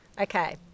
Okay